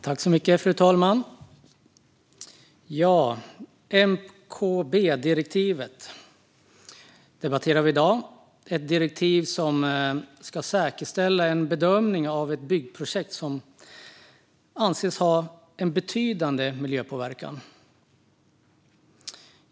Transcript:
Fru talman! Vi debatterar MKB-direktivet i dag. Det är ett direktiv som ska säkerställa en bedömning av ett byggprojekt som anses ha en betydande miljöpåverkan.